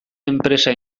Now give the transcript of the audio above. enpresa